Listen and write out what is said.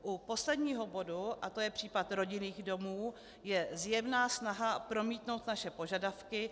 U posledního bodu, a to je případ rodinných domů, je zjevná snaha promítnout naše požadavky.